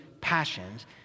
passions